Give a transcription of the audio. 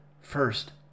First